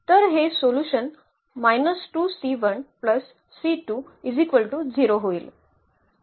तर हे होईल